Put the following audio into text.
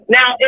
Now